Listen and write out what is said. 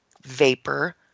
Vapor